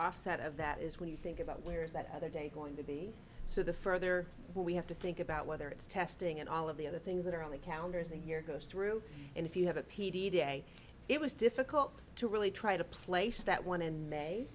offset of that is when you think about where is that other day going to be so the further we have to think about whether it's testing and all of the other things that are on the counters and here goes through and if you have a p d day it was difficult to really try to place that one in may